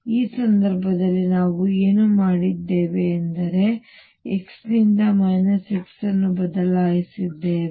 ಆ ಸಂದರ್ಭದಲ್ಲಿ ನಾವು ಏನು ಮಾಡಿದ್ದೇವೆ ಎಂದರೆ ನಾವು x ನಿಂದ x ಅನ್ನು ಬದಲಾಯಿಸಿದ್ದೇವೆ